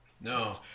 no